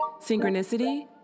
synchronicity